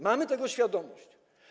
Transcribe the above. Mamy tego świadomość.